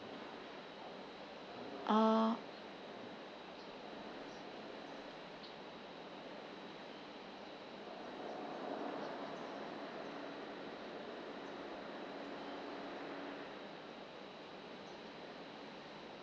uh